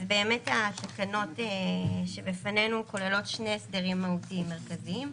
אז באמת התקנות שבפנינו כוללות שני הסדרים מהותיים מרכזיים.